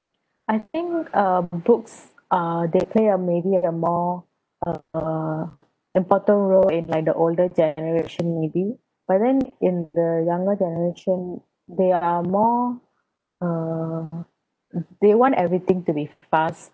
I think uh books uh they play a maybe a more uh important role in like the older generation maybe but then in the younger generation they are more uh they want everything to be fast